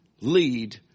lead